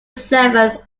seventh